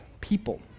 people